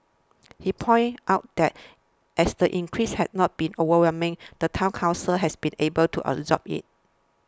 he pointed out that as the increase has not been overwhelming the Town Council has been able to absorb it